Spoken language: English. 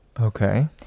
Okay